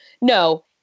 No